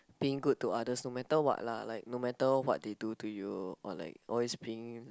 being good to others no matter what lah like no matter what they do to you or like always being